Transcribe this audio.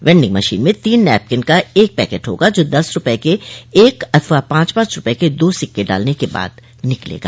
vending machine में तीन napkin का एक पैकेट होगा जो दस रूपये के एक अथवा पांच पांच रूपये के दो सिक्के डालने के बाद निकलेगा